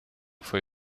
foi